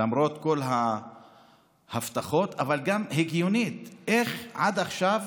למרות כל ההבטחות, אבל גם הגיונית, איך עד עכשיו